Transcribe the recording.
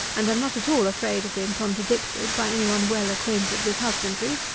and am not at all afraid of being contradicted by any one well acquainted with husbandry.